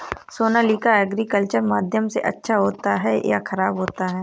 Sonalika agriculture माध्यम से अच्छा होता है या ख़राब होता है?